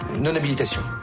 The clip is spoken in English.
non-habilitation